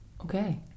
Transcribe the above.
Okay